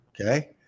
Okay